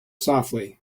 softly